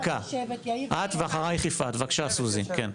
לא